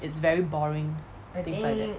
it's very boring